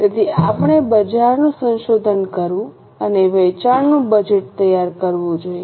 તેથી આપણે બજારનું સંશોધન કરવું અને વેચાણનું બજેટ તૈયાર કરવું જોઈએ